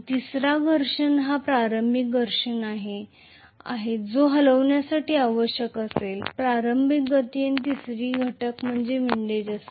तिसरा स्थिर घर्षण हा प्रारंभिक घर्षण घटक आहे जो हलविण्यासाठी आवश्यक असेल प्रारंभिक गती आणि तिसरा घटक विंडीज असेल